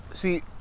see